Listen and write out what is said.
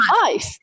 life